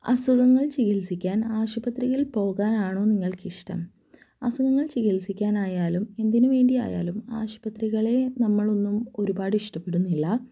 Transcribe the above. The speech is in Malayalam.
അസുഖങ്ങള് ചികിത്സിക്കാന് ആശുപത്രിയില് പോകാനാണോ നിങ്ങള്ക്കിഷ്ടം അസുഖങ്ങള് ചികിത്സിക്കാനായാലും എന്തിനുവേണ്ടിയായാലും ആശുപത്രികളെ നമ്മളൊന്നും ഒരുപാട് ഇഷ്ടപ്പെടുന്നില്ല